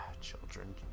children